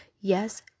Yes